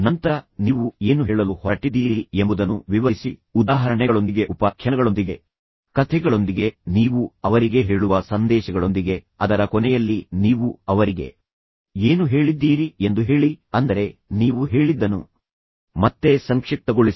ನಂತರ ನೀವು ಏನು ಹೇಳಲು ಹೊರಟಿದ್ದೀರಿ ಎಂಬುದನ್ನು ವಿವರಿಸಿ ಉದಾಹರಣೆಗಳೊಂದಿಗೆ ಉಪಾಖ್ಯಾನಗಳೊಂದಿಗೆ ಕಥೆಗಳೊಂದಿಗೆ ನೀವು ಅವರಿಗೆ ಹೇಳುವ ಸಂದೇಶಗಳೊಂದಿಗೆ ಅದರ ಕೊನೆಯಲ್ಲಿ ನೀವು ಅವರಿಗೆ ಏನು ಹೇಳಿದ್ದೀರಿ ಎಂದು ಹೇಳಿ ಅಂದರೆ ನೀವು ಹೇಳಿದ್ದನ್ನು ಮತ್ತೆ ಸಂಕ್ಷಿಪ್ತಗೊಳಿಸಿ